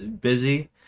busy